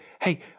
hey